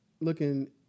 looking